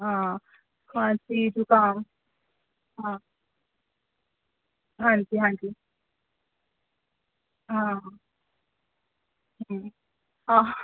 हां खांसी जुखाम हां हां जी हां जी हां